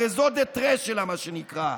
ה-raison d’etre שלה, מה שנקרא בלעז,